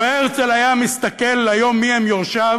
לו הסתכל הרצל היום מי הם יורשיו,